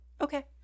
Okay